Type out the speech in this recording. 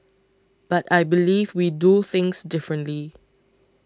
but I believe we do things differently